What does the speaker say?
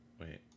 Wait